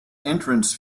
entrance